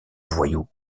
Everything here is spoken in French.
voyous